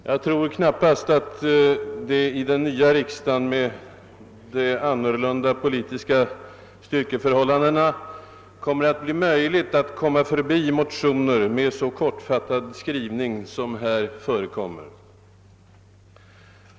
Jag tror knappast att det i den nya riksdagen med dess annorlunda politiska styrkeförhållanden kommer att bli möjligt att gå förbi motioner med så kortfattad skrivning som här förekommer.